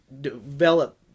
develop